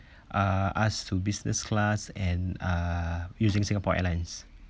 uh us to business class and uh using singapore airlines